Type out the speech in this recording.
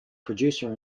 producer